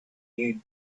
you